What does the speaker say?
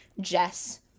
Jess